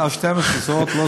12 שעות,